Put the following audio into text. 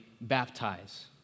baptize